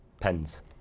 Pens